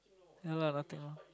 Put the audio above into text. ya lah nothing orh